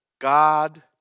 God